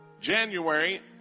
January